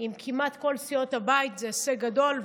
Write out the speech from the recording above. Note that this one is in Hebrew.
עם כמעט כל סיעות הבית זה הישג גדול.